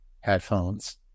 headphones